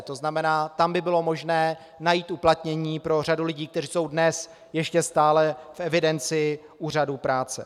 To znamená, tam by bylo možné najít uplatnění pro řadu lidí, kteří jsou dnes ještě stále v evidenci úřadů práce.